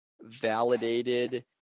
validated